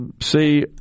see